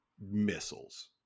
missiles